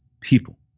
people